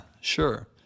sure